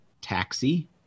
taxi